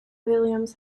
williams